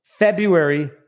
February